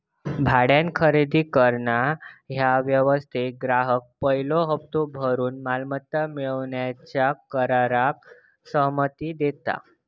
भाड्यान खरेदी करणा ह्या व्यवस्थेत ग्राहक पयलो हप्तो भरून मालमत्ता मिळवूच्या कराराक सहमती देता